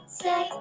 say